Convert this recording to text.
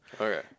Okay